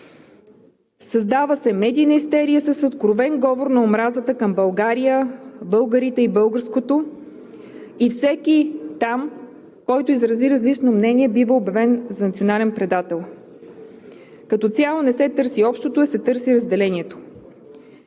Създава се медийна истерия с откровен говор на омразата към България, българите и българското и всеки, който там изрази различно мнение, бива обявен за национален предател. Като цяло не се търси общото, а се търси разделението.